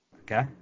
Okay